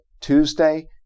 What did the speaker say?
Tuesday